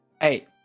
Hey